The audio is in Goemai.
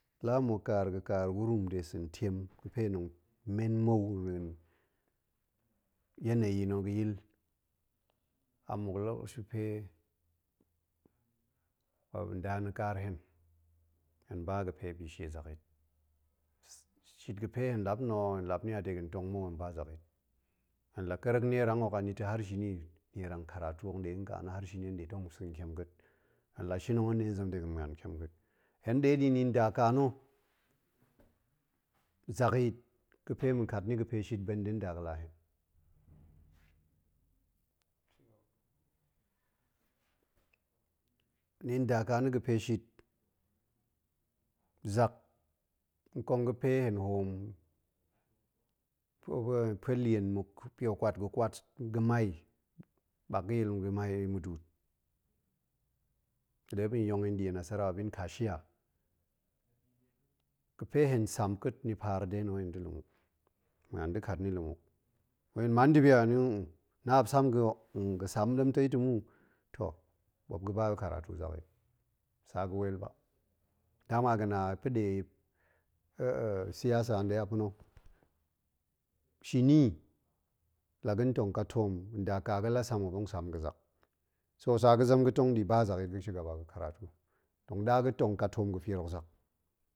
La muk kaar ga̱ kaar gurum de sa̱n tiem ga̱ fe tong men mou yaneyi na̱ ga̱ yil, a muk lokashi ga̱ fe nda na̱ kaar hen, hen ba ga̱ pe bi shie zakyit shit ga̱ fe hen lap na̱ o, hen lap ni a de ntong mou, hen ba zak yit, hen la ƙerek nierang hok ani ta̱ har shini nierang karatu hok ɗe nka na̱, har shini hen ɗe tong sa̱n tiem ka̱a̱t. hen la shin o, hen ɗe zen dega̱n ma̱an kien ka̱a̱t. hen ɗe ɗi ni nda kana̱ zakyit ga̱ fe ma̱ kat ni ga̱ pe shit, ban da̱ nda ga̱ la hen. ni nda ka na̱ ga̱ pe shit zak nkong ga̱pe hen hoom pue lien pe kwat ga̱ kwat ga̱mai ɓak ga̱ yil ga̱mai muduut ga̱ ɗe muop yong i nie nasara muop yin cashier. ga̱ pe hen sam ka̱a̱t ni paar de na̱ wai hen da̱ lumuk, hen ma̱an da̱ kat ni lumuk. wai hen man ndibi a, hen yin, na muop sam ga̱ o, ga̱ sam ɗemtai ta̱ mu, ɓuop ga̱ ba karatu zakyit, sa ga̱ wel ba, dama ga̱ na pa̱ ɗe siyasa d. e pa̱ na̱, shini la ga̱n tong ka toom, nda ka ga̱ la sam muop tong sam ga̱ zak, so sa ga̱ zem ga̱ tong ni, ba zakyit ga̱ shigaba ga̱ karatu. tong ɗa ga̱ tong ƙa toom ga̱ fier hok zak